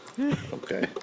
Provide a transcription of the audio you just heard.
okay